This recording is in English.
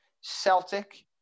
Celtic